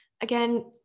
Again